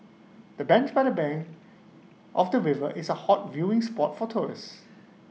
the bench by the bank of the river is A hot viewing spot for tourists